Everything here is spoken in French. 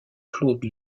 claude